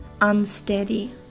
unsteady